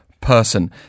person